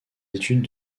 études